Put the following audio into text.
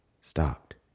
stopped